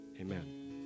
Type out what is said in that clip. Amen